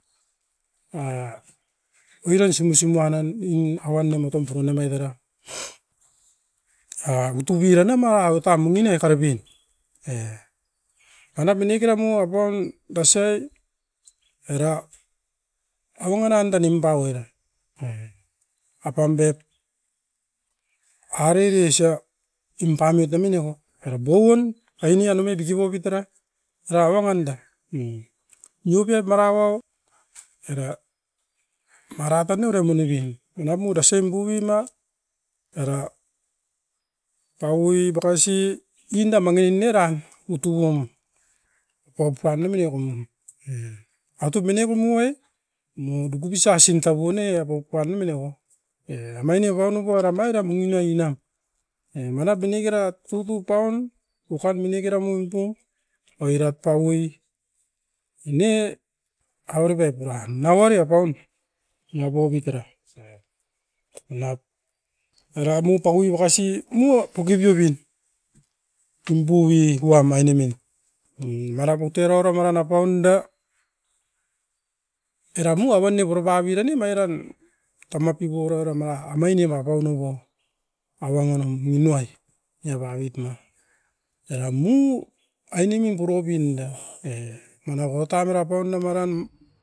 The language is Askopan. Mine tan mo nasi ai avangan era utui ne apauan, wan ne dika repai apauan tan nasiai.